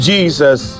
Jesus